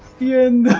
in